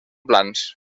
plans